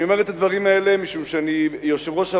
אני אומר את הדברים האלה משום שאני יושב-ראש הוועדה.